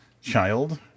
child